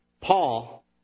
Paul